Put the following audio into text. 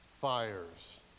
fires